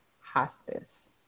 hospice